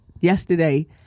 Yesterday